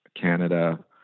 Canada